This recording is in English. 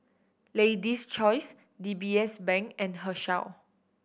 Lady's Choice D B S Bank and Herschel